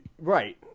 right